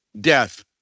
death